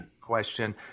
question